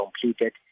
completed